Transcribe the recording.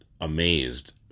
amazed